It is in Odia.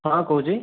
ହଁ ହଁ କହୁଛି